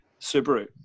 Subaru